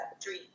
three